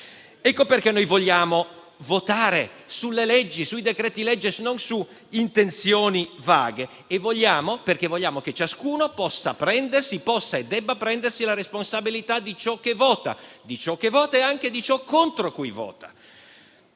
Per questo vogliamo votare sui disegni di legge, sui decreti-legge, non su intenzioni vaghe, perché vogliamo che ciascuno possa e debba prendersi la responsabilità di ciò che vota e anche di ciò contro cui vota.